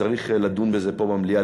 צריך לדון בזה פה במליאה,